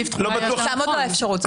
תעמוד לו האפשרות.